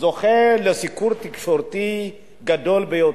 לסיקור תקשורתי גדול ביותר.